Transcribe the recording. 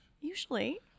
Usually